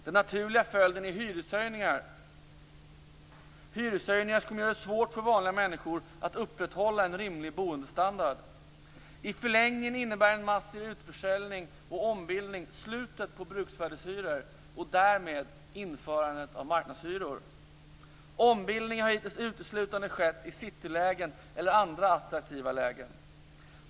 Den naturliga följden är hyreshöjningar, hyreshöjningar som kommer göra det svårt för vanliga människor att upprätthålla en rimlig boendestandard. I förlängningen innebär en massiv utförsäljning och ombildning slutet på bruksvärdeshyror och därmed införandet av marknadshyror. Ombildning har hittills uteslutande skett i citylägen eller andra attraktiva lägen.